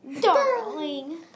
Darling